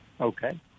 Okay